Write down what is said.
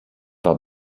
war